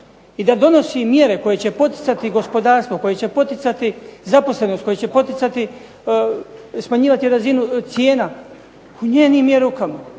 I da donosi mjere koje će poticati zaposlenost, koje će poticati gospodarstvo, koje će smanjivati razinu cijena, u njenim je rukama,